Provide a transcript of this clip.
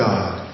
God